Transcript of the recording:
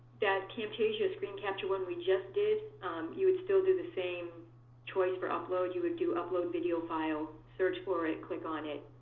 that camtasia screen capture one we just did you would still do the same choice for upload. you would do upload video file, search for it, click on it,